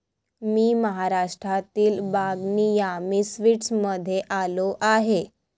मी महाराष्ट्रातील बागनी यामी स्वीट्समध्ये आलो आहे